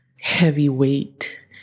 heavyweight